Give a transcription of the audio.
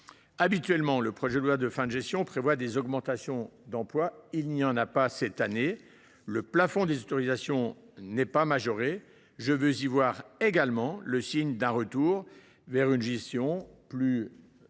Habituellement, le projet de loi de fin de gestion prévoit des augmentations d’emplois. Il n’y en a pas cette année : le plafond des autorisations d’emplois n’est pas majoré. Je veux y voir également le signe d’un retour à une gestion plus